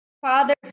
father